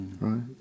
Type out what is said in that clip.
Right